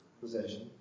possession